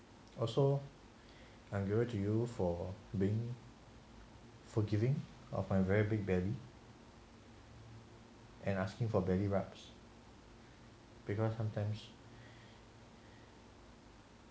also I give it to you for being forgiving of my very big belly and asking for belly rubs because sometimes